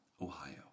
Ohio